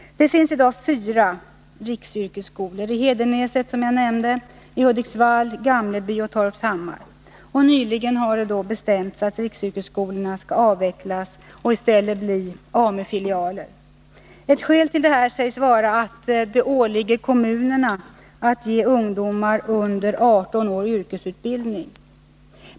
Det finns i dag fyra riksyrkesskolor, i Hedenäset, Hudiksvall, Gamleby och Torpshammar. Nyligen har det bestämts att riksyrkesskolorna skall avvecklas och i stället bli AMU-filialer. Ett skäl till detta sägs vara att det åligger kommunerna att ge ungdomar under 18 år yrkesutbildning.